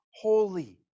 holy